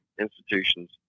institutions